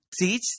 teach